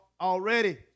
already